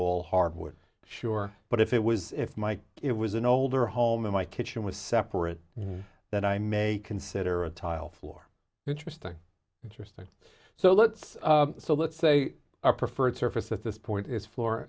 all hardwood sure but if it was if my it was an older home in my kitchen with separate that i may consider a tile floor interesting interesting so let's so let's say our preferred surface at this point is floor